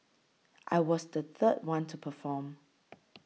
I was the third one to perform